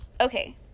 okay